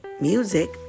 music